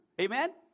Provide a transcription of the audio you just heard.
Amen